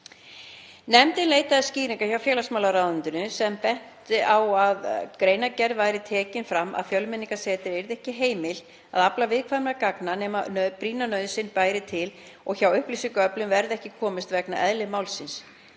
Nefndin leitaði skýringa hjá félagsmálaráðuneyti sem benti á að í greinargerð væri tekið fram að Fjölmenningarsetri yrði ekki heimilt að afla viðkvæmra gagna nema brýna nauðsyn bæri til eða að hjá upplýsingaöflun verði ekki komist vegna eðlis máls.